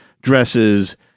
dresses